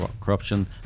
corruption